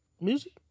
music